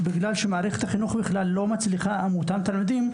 בגלל שמערכת החינוך לא מצליחה להתמודד עם אותם תלמידים,